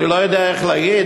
אני לא יודע איך להגיד,